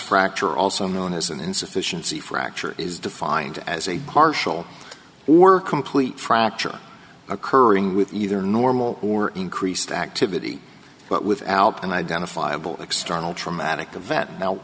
fracture also known as an insufficiency fracture is defined as a partial or complete fracture occurring with either normal or increased activity but without and identifiable external traumatic event